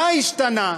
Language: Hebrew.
מה השתנה,